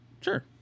Sure